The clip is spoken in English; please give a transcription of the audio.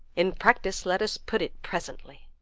in practice let us put it presently.